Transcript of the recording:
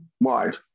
wide